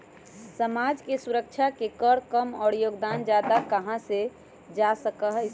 समाज के सुरक्षा के कर कम और योगदान ज्यादा कहा जा सका हई